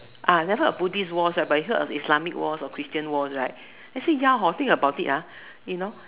never heard of Buddhist Wars but you heard of Islamic Wars or Christian Wars right actually ya think about it you know